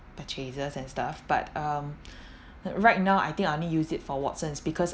purchases and stuff but um right now I think I only use it for Watsons because